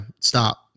Stop